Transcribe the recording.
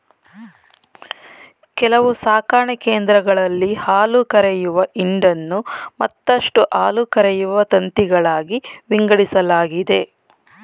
ಕೆಲವು ಸಾಕಣೆ ಕೇಂದ್ರಗಳಲ್ಲಿ ಹಾಲುಕರೆಯುವ ಹಿಂಡನ್ನು ಮತ್ತಷ್ಟು ಹಾಲುಕರೆಯುವ ತಂತಿಗಳಾಗಿ ವಿಂಗಡಿಸಲಾಗಿದೆ